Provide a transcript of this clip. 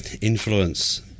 influence